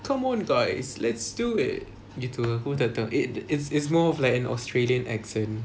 come on guys let's do it gitu aku macam tak it's it's more of like an australian accent